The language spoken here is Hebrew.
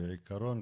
בעיקרון,